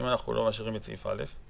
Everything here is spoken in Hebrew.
מה אתם יודעים: איפה זה עומד היום?